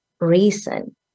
reason